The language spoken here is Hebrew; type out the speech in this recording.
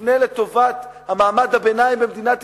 תופנה לטובת מעמד הביניים במדינת ישראל,